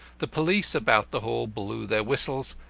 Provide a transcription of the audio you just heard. the police about the hall blew their whistles,